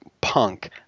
punk